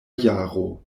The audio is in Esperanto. jaro